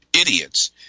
idiots